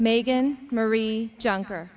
megan marie juncker